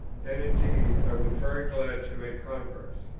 then indeed i was very glad to make converts,